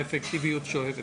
האפקטיביות שואפת לאפס.